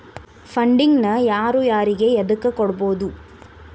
Funding ನ ಯಾರು ಯಾರಿಗೆ ಎದಕ್ಕ್ ಕೊಡ್ಬೊದು?